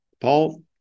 Paul